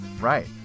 Right